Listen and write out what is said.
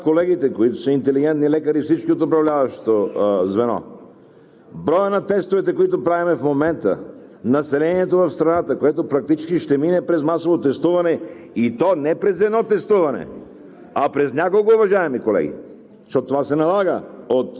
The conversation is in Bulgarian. Как си представя Касата – нека да направят колегите, които са интелигентни лекари всички от управляващото звено, броя на тестовете, които правим в момента на населението в страната, което практически ще мине през масово тестуване, и то не през едно тестуване,